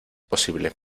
posible